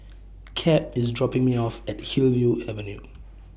Cap IS dropping Me off At Hillview Avenue